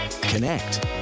Connect